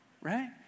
Right